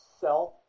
self